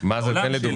אלא אלה שלא